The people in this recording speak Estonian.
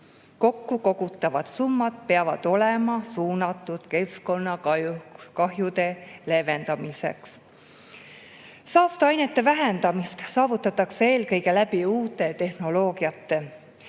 kokku kogutavad summad peavad olema suunatud keskkonnakahjude leevendamisse. Saasteainete vähendamist saavutatakse eelkõige uute tehnoloogiate